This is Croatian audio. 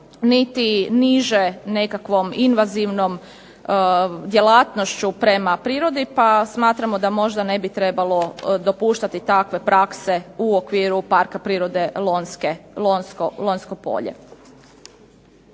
niti niže nekakvom invazivnom djelatnošću prema prirodi, pa smatramo da možda ne bi trebalo dopuštati takve prakse u okviru Parka prirode Lonjsko polje.